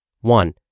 One